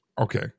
Okay